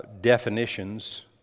definitions